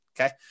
Okay